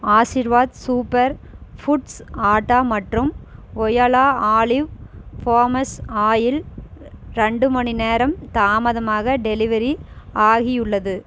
Aashirvaad super foods atta மற்றும் voila olive pomace oil ரெண்டு மணிநேரம் தாமதமாக டெலிவரி ஆகியுள்ளது